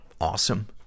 awesome